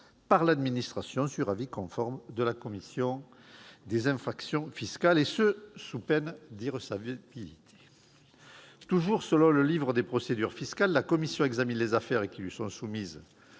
par l'administration sur avis conforme de la commission des infractions fiscales », et ce sous peine d'irrecevabilité. Toujours selon le même article, « la commission examine les affaires qui lui sont soumises